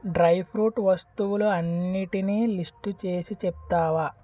dry fruit వస్తువులు అన్నింటినీ list చేసి చెప్తావా